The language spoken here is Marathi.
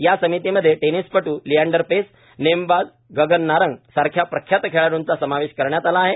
या समितीमध्ये टेनीसपटू लिआंडर पेस नेमबाज गगन नारंग सारख्या प्रख्यात खेळाडूंचा समावेश करण्यात आला आहे